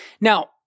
Now